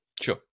Sure